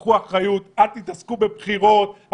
קחו אחריות, אל תתעסקו בבחירות.